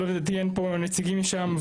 לדעתי אין פה נציגים משם,